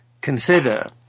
consider